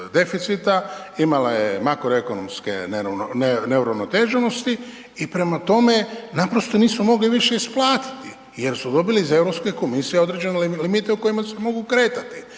imala je makroekonomske neuravnoteženosti i prema tome, naprosto nisu mogli više isplatiti jer su dobili za EU komisije određene limite u kojima se mogu kretati